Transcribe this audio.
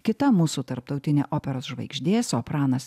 kita mūsų tarptautinė operos žvaigždė sopranas